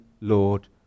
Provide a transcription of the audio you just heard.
Lord